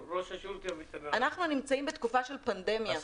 אנחנו נמצאים בתקופה של פנדמיה.